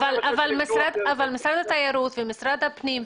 אבל משרד התיירות ומשרד הפנים,